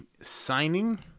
signing